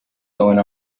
going